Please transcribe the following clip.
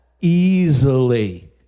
easily